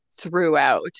throughout